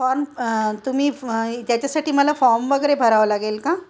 form तुम्ही फ त्याच्यासाठी मला फॉर्म वगैरे भरावं लागेल का